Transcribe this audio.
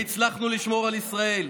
והצלחנו לשמור על ישראל.